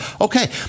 Okay